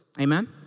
Amen